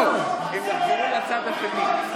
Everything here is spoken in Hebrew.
הם יחזרו בצד השני.